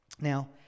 Now